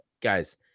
guys